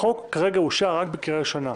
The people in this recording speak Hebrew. החוק כרגע אושר בקריאה הראשונה.